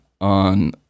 on